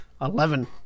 Eleven